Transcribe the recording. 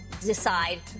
decide